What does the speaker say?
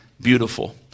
beautiful